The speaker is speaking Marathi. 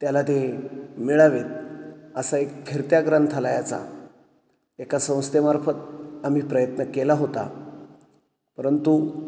त्याला ते मिळावेत असा एक फिरत्या ग्रंथालयाचा एका संस्थेमार्फत आम्ही प्रयत्न केला होता परंतु